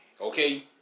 Okay